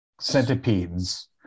centipedes